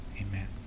Amen